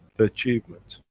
the achievement.